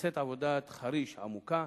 נעשית עבודת חריש עמוקה.